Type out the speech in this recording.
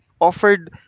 offered